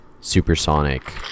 supersonic